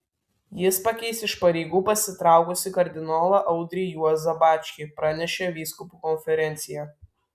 jis pakeis iš pareigų pasitraukusį kardinolą audrį juozą bačkį pranešė vyskupų konferencija